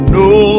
no